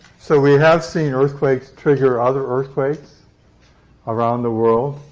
so we have seen earthquakes trigger other earthquakes around the world.